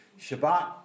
Shabbat